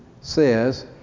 says